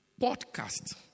podcast